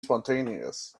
spontaneous